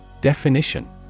Definition